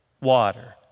water